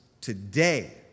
today